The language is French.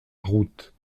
route